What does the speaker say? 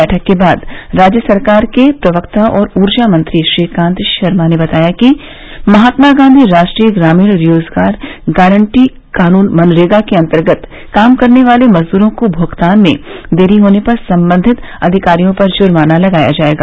बैठक के बाद राज्य सरकार के प्रवक्ता और ऊर्जा मंत्री श्रीकांत शर्मा ने बताया कि महात्मा गांधी राष्ट्रीय ग्रामीण रोजगार गारन्टी कानून मनरेगा के अन्तर्गत काम करने वाले मजदूरों को भुगतान में देरी होने पर संबंधित अधिकारियों पर जुर्माना लगाया जायेगा